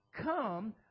Come